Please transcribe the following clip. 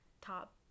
top